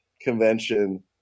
convention